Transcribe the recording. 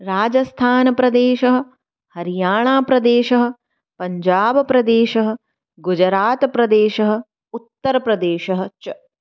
राजस्थानप्रदेशः हरियाणाप्रदेशः पञ्जाबप्रदेशः गुजरात् प्रदेशः उत्तर् प्रदेशः च